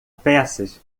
peças